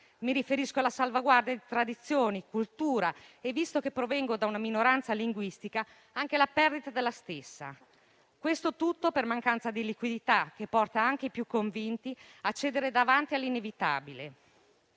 mi riferisco alla salvaguardia di tradizioni e cultura e, visto che provengo da una minoranza linguistica, anche alla perdita della stessa. Tutto questo per una mancanza di liquidità che porta anche i più convinti a cedere davanti all'inevitabile.